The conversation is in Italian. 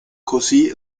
così